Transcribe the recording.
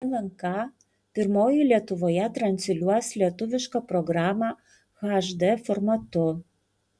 lnk pirmoji lietuvoje transliuos lietuvišką programą hd formatu